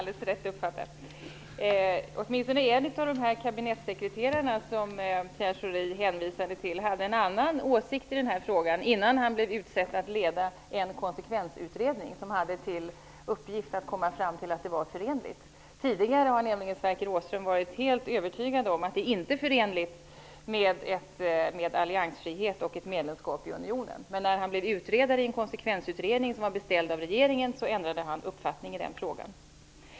Herr talman! Åtminstone en av de två kabinettssekreterare som Pierre Schori hänvisade till hade en annan åsikt i denna fråga innan han blev utsedd att leda en konsekvensutredning med uppgift att komma fram till att förenlighet förelåg. Tidigare hade Sverker Åström varit övertygad om att en alliansfrihet inte är förenlig med ett medlemskap i unionen. När han blev utredare i en konsekvensutredning som var beställd av regeringen så ändrade han uppfattning i den frågan.